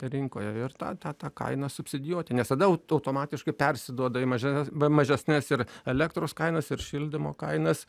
rinkoje ir tą tą tą kainą subsidijuoti nes tada automatiškai persiduoda į mažes mažesnes ir elektros kainas ir šildymo kainas